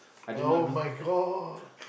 [oh]-my-God